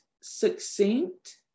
succinct